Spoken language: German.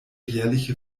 jährliche